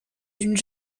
d’une